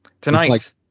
Tonight